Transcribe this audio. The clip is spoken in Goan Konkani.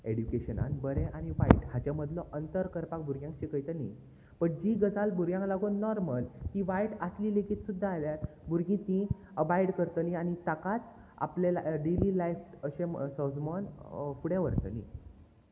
एड्युकेशनान बरें आनी वायट हाचे मदलो अंतर करपाक भुरग्यांक शिकयतली बट जी गजाल भुरग्यांक लागून नॉर्मल ती वायट आसली लेगीत सुद्दां आल्या भुरगीं तीं अबायड करतलीं आनी ताकाच आपले डेली लायफ अशें सोजमोन फुडें व्हरतली